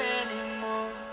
anymore